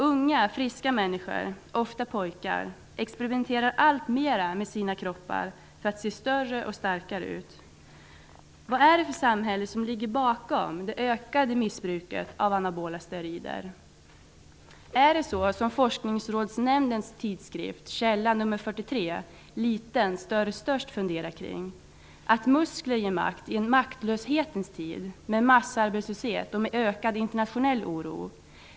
Unga och friska människor, oftast pojkar, experimenterar alltmera med sina kroppar för att se större och starkare ut. Är det så, som man i Forskningsrådsnämndens tidskrift Källa nr 43, ''Liten, större, störst'', funderar kring: att muskler ger makt i en maktlöshetens tid -- med massarbetslöshet och ökad internationell oro?